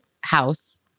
House